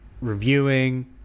reviewing